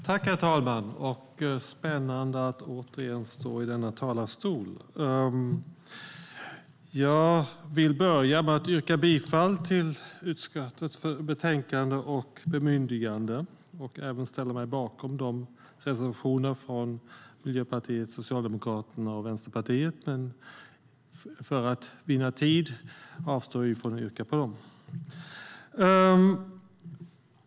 Herr talman! Det är spännande att åter stå i denna talarstol. Jag yrkar bifall till utskottets förslag. Jag står bakom Miljöpartiets, Socialdemokraternas och Vänsterpartiets reservationer, men för att vinna tid avstår jag från att yrka bifall till dem.